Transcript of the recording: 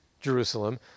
Jerusalem